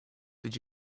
did